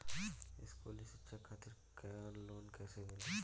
स्कूली शिक्षा खातिर लोन कैसे मिली?